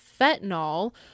fentanyl